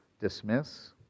dismiss